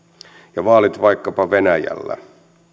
ja vaalit vaikkapa venäjällä